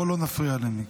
בוא לא נפריע למיקי.